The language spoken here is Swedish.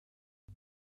det